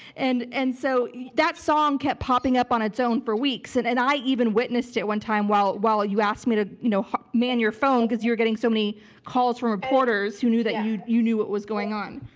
and and so that song kept popping up on its own for weeks, and and i even witnessed it one time while while you asked me to you know man your phone, because you were getting so many calls from reporters who knew that you you knew what was going on.